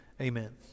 amen